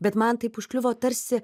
bet man taip užkliuvo tarsi